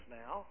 now